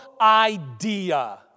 idea